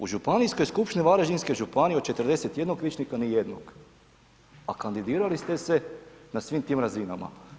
U Županijskoj skupštini varaždinske županije od 41 vijećnika, nijednog, a kandidirali ste se na svim tim razinama.